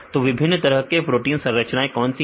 तो विभिन्न तरह के प्रोटीन संरचनाएं कौन कौन सी होती हैं